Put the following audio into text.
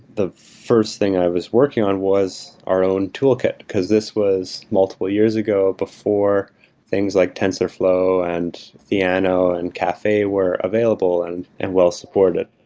the first thing i was working on was our own toolkit because this was multiple years ago before things like tensofflow and theano and caffee were available and and well supported.